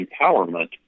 empowerment